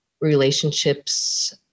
relationships